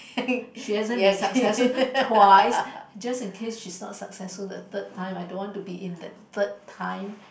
she hasn't been successful twice just in case she's not successful the third time I don't want to be in the third time